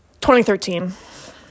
2013